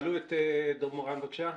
תעלו את דב מורן, בבקשה.